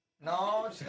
No